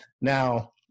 Now